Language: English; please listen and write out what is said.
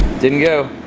didn't go.